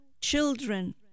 children